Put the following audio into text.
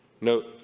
Note